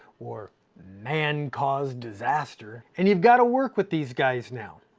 or man-caused disaster, and you've gotta work with these guys now.